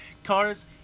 Cars